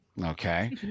Okay